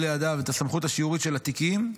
לידיו את הסמכות השיורית של התיקים,